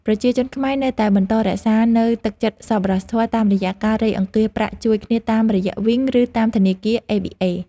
ប្រជាជនខ្មែរនៅតែបន្តរក្សានូវទឹកចិត្តសប្បុរសធម៌តាមរយៈការរៃអង្គាសប្រាក់ជួយគ្នាតាមរយៈវីង ឬតាមធនាគារអេប៊ីអេ។